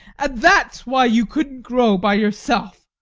and that's why you couldn't grow by yourself.